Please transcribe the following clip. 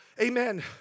Amen